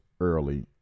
early